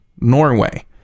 Norway